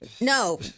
No